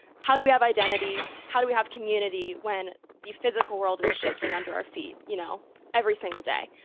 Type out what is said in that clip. how do we have identity? how do we have community when the physical world is shifting under our feet, you know every single day?